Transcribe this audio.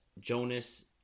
Jonas